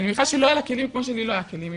כי אני מניחה שלא היה כלים כמו שלי לא היה כלים.